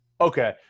Okay